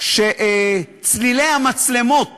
כשצלילי המצלמות